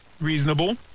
Reasonable